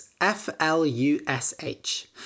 F-L-U-S-H